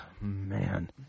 man